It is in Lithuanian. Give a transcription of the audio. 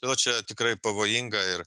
dė to čia tikrai pavojinga ir